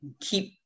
keep